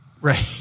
right